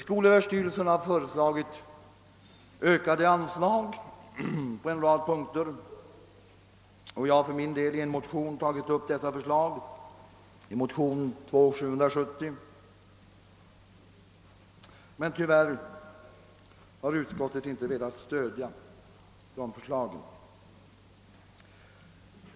Skolöverstyrelsen har föreslagit ökade anslag på en rad punkter, och jag för min del har i en motion, II: 770, tagit upp dessa förslag. Men tyvärr har utskottet inte velat stödja dem.